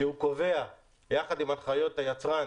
שהוא קובע ביחד עם הנחיות היצרן